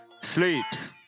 Sleeps